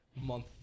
month